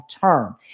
term